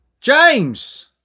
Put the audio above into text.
James